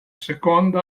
seconda